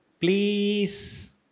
Please